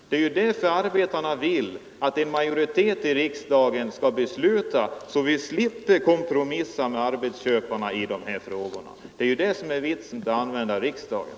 Därför vill arbetarna att en majoritet i riksdagen skall besluta så att vi slipper kompromissa med arbetsköparna i de här frågorna. Det är ju det som är vitsen med att använda vägen via riksdagen.